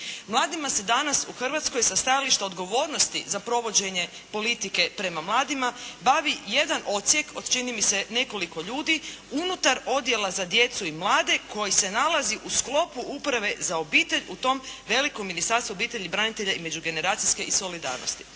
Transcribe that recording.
Mladima se danas u Hrvatskoj sa stajališta odgovornosti za provođenje politike prema mladima bavi jedan odsjek od čini mi se nekoliko ljudi unutar odjela za djecu i mlade koji se nalazi u sklopu uprave za obitelj u tom velikom Ministarstvu obitelji, branitelja i međugeneracijske solidarnosti.